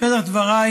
בפתח דבריי